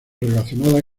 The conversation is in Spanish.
relacionada